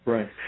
Right